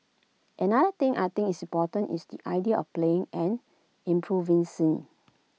another thing I think is important is the idea of playing and improvising